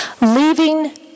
leaving